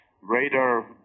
Radar